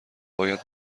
باید